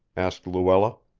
asked luella.